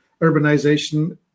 Urbanization